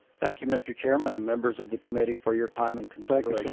thank you, mister chairman and members of the committee for your time and consideration.